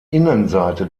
innenseite